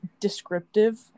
descriptive